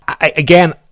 Again